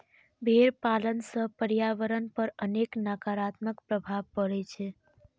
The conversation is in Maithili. भेड़ पालन सं पर्यावरण पर अनेक नकारात्मक प्रभाव पड़ै छै